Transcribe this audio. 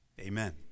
amen